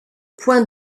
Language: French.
point